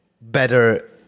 better